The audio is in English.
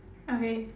okay